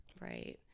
Right